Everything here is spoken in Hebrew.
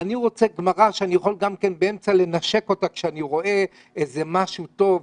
אני רוצה גמרא שאני יכול גם באמצע לנשק אותה כשאני רואה משהו טוב,